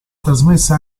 trasmessa